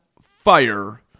fire